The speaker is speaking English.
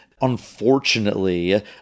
Unfortunately